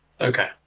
Okay